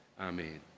Amen